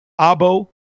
Abo